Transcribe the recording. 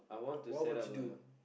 what would you do